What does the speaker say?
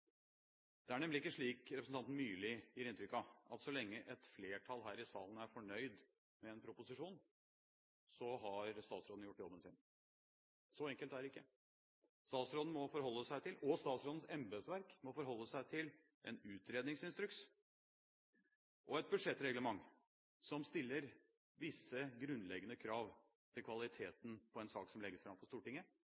Det er nemlig ikke slik representanten Myrli gir inntrykk av, at så lenge et flertall her i salen er fornøyd med en proposisjon, har statsråden gjort jobben sin. Så enkelt er det ikke. Statsråden – og statsrådens embetsverk – må forholde seg til en utredningsinstruks og et budsjettreglement som stiller visse grunnleggende krav til